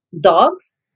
dogs